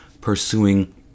pursuing